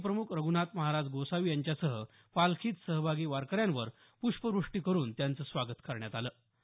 पालखी प्रमुख रघ्नाथ महाराज गोसावी यांच्यासह पालखीत सहभागी वारकऱ्यांवर प्रष्पवृष्टी करून त्यांचं स्वागत करण्यात आलं